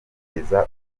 kugeza